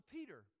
Peter